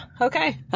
Okay